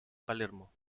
palermo